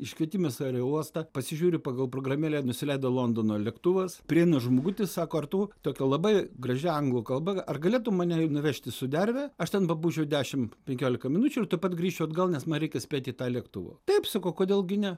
iškvietimas į aerouostą pasižiūriu pagal programėlę nusileido londono lėktuvas prieina žmogutis sako ar tu tokia labai gražia anglų kalba ar galėtum mane nuvežt į sudervę aš ten ten bebūčiau dešim penkiolika minučių ir tuoj pat grįžčiau atgal nes man reikia spėt į tą lėktuvą taip sakau kodėl gi ne